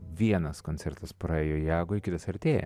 vienas koncertas praėjo jagoj kitas artėja